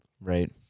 right